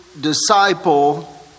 disciple